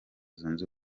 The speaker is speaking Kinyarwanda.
zunze